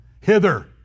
Hither